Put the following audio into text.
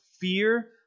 fear